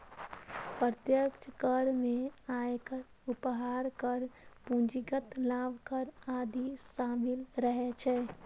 प्रत्यक्ष कर मे आयकर, उपहार कर, पूंजीगत लाभ कर आदि शामिल रहै छै